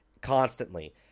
constantly